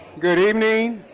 good evening.